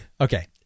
Okay